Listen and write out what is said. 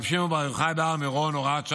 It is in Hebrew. רבי שמעון בר יוחאי בהר מירון (הוראת שעה),